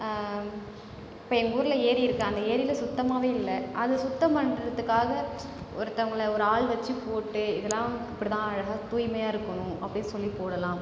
இப்போ எங்கள் ஊரில் ஏரி இருக்குது அந்த ஏரியில் சுத்தமாகவே இல்லை அது சுத்தம் பண்ணுறதுக்குகாக ஒருத்தங்கள ஒரு ஆள் வச்சு போட்டு இதெல்லாம் அப்படித்தான் அழகாக தூய்மையாக இருக்கும் அப்படின்னு சொல்லிப் போடலாம்